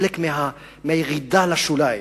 חלק מהירידה לשוליים,